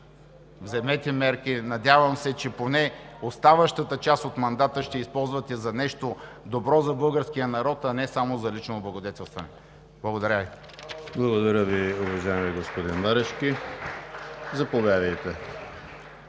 вземете мерки. Надявам се, че поне оставащата част от мандата ще използвате за нещо добро за българския народ, а не само за лично облагодетелстване. Благодаря Ви.